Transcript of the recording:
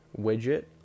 widget